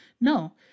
No